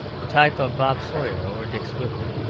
the type of bob sawyer or dick swiveller.